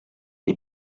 les